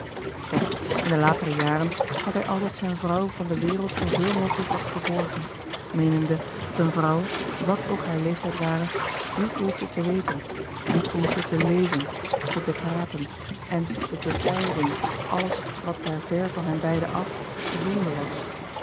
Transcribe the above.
toch in de latere jaren had hij altijd zijn vrouw van de wereld zooveel mogelijk nog verborgen meenende dat een vrouw wat ook haar leeftijd ware niet behoefde te weten niet behoefde te lezen te bepraten en te bepeinzen alles wat daar ver van henbeiden af zonde was